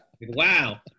Wow